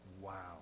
wow